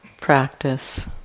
practice